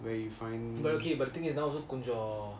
but okay but the thing is that கொஞ்சம்:konjam